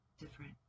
different